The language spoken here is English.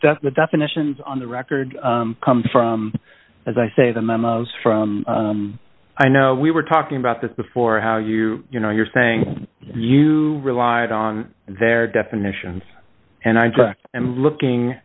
means the definitions on the record come from as i say the memos from i know we were talking about this before how you you know you're saying you relied on their definitions and i checked and looking